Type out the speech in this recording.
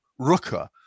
Rooker